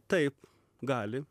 taip gali